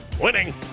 Winning